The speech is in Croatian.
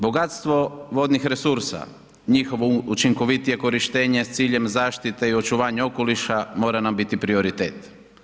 Bogatstvo vodnih resursa, njihovo učinkovitije korištenje s ciljem zaštite i očuvanje okoliša, mora nam biti prioritet.